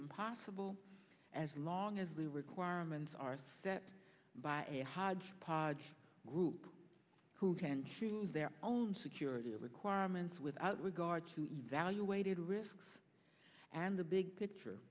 impossible as long as the requirements are set by a hodgepodge group who can choose their own security requirements without regard to evaluated risks and the big picture